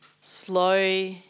Slow